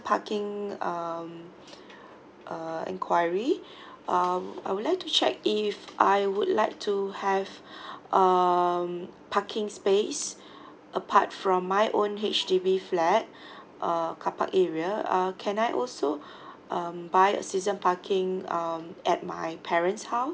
parking um uh enquiry um I would like to check if I would like to have um parking space apart from my own H_D_B flat uh carpark area err can I also um buy a season parking um at my parents house